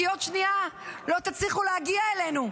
כי עוד שנייה לא תצליחו להגיע אלינו,